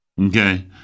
Okay